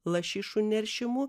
lašišų neršimo